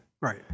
Right